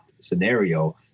scenario